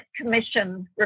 Commission